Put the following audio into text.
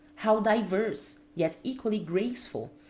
how diverse, yet equally graceful,